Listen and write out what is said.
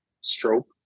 stroke